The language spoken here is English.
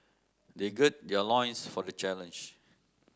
they gird their loins for the challenge